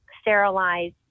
sterilize